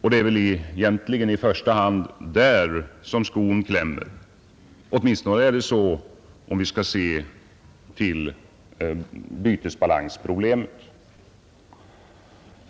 och det är väl egentligen där som skon klämmer. Åtminstone är det så, om vi skall se till bytesbalansproblemet.